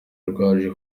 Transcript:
rwaje